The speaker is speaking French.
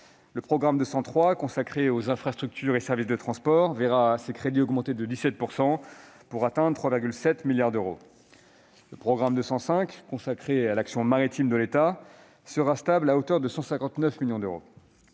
Le programme 203, consacré aux infrastructures et services de transports, verra ses crédits augmenter de 17 %, pour atteindre 3,7 milliards d'euros. Le programme 205, consacré à l'action maritime de l'État, sera stable à hauteur de 159 millions d'euros.